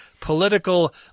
political